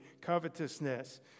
covetousness